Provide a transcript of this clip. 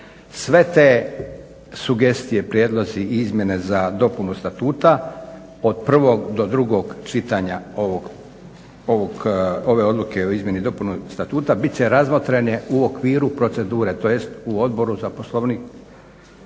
Sve te sugestije, prijedlozi i izmjene za dopunu Statuta od prvog do drugog čitanja ove odluke o izmjeni i dopuni Statuta bit će razmotrene u okviru procedure, tj. u Odboru za Ustav,